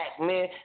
man